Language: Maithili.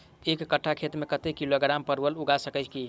एक कट्ठा खेत मे कत्ते किलोग्राम परवल उगा सकय की??